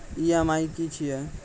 EMI की छिये?